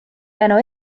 tänu